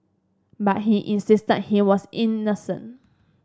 but he insisted he was innocent